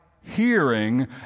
hearing